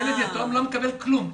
ילד יתום לא מקבל כלום,